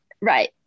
right